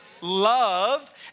Love